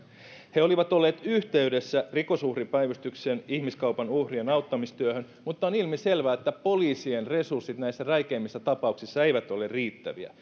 he olivat olleet yhteydessä rikosuhripäivystyksen ihmiskaupan uhrien auttamistyöhön mutta on ilmiselvää että poliisien resurssit näissä räikeimmissä tapauksissa eivät ole riittäviä